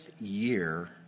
year